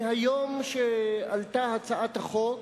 מהיום שעלתה הצעת החוק